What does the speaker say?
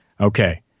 Okay